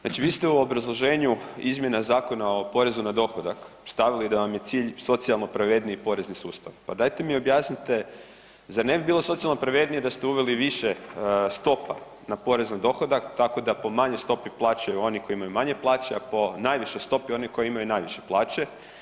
Znači vi ste u obrazloženju izmjena Zakona o porezu na dohodak stavili da vam je cilj socijalno pravedniji porezni sustav, pa dajte mi objasnite zar ne bi bilo socijalno pravednije da ste uveli više stopa na porez na dohodak tako da po manjoj stopi plaćaju oni koji imaju manje plaće, a po najvišoj stopi oni koji imaju najviše plaće?